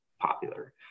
popular